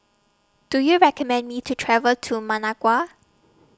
Do YOU recommend Me to travel to Managua